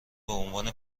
بعنوان